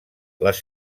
les